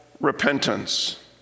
repentance